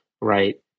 right